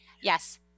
Yes